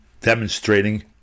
demonstrating